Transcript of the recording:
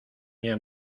nie